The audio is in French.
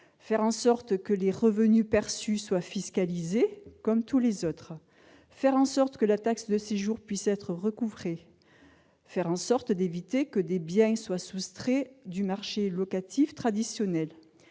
Faire en sorte que les revenus perçus soient fiscalisés, comme tous les autres ; faire en sorte que la taxe de séjour puisse être recouvrée ; faire en sorte d'éviter que des biens ne soient soustraits du marché locatif traditionnel